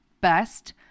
best